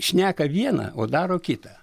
šneka vieną o daro kitą